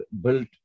built